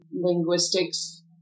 linguistics